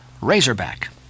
Razorback